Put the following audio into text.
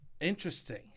Interesting